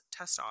testosterone